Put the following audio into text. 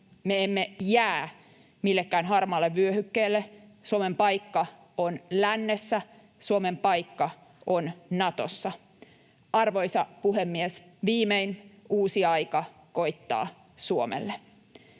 me emme jää millekään harmaalle vyöhykkeelle. Suomen paikka on lännessä, Suomen paikka on Natossa. Arvoisa puhemies! Viimein uusi aika koittaa Suomelle.